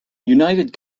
united